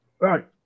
Right